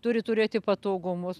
turi turėti patogumus